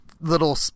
little